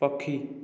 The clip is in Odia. ପକ୍ଷୀ